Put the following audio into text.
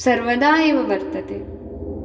सर्वदा एव वर्तते